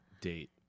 date